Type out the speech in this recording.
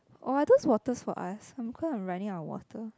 I though waters for us I am quite running out of water